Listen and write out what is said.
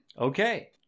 Okay